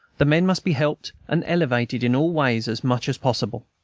the men must be helped and elevated in all ways as much as possible.